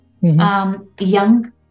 young